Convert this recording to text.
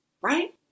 right